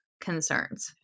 concerns